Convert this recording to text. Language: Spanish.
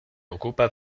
ocupa